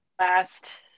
last